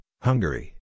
Hungary